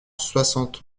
soixante